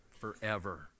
Forever